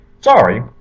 Sorry